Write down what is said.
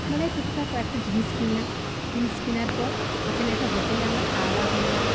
মেলায় টুকটাক কয়েকটা জিনিস কিনলাম জিনিস কেনার পর ওখানে একটা হোটেলে আমরা খাওয়া দাওয়া করলাম